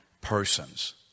persons